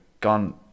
gone